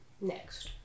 Next